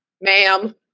Ma'am